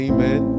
Amen